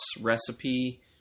recipe